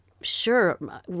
sure